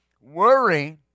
worry